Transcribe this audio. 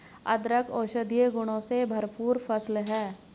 अदरक औषधीय गुणों से भरपूर फसल है